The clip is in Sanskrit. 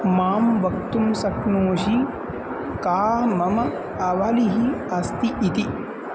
मां वक्तुं शक्नोषि का मम आवलिः अस्ति इति